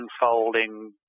unfolding